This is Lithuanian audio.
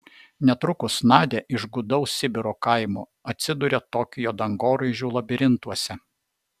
netrukus nadia iš gūdaus sibiro kaimo atsiduria tokijo dangoraižių labirintuose